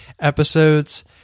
episodes